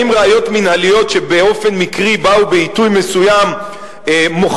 אם ראיות מינהליות שבאופן מקרי באו בעיתוי מסוים מוחקות